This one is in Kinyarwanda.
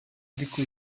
ariko